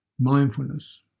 mindfulness